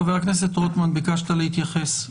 חבר הכנסת רוטמן, ביקשת להתייחס.